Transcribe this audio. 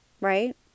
Right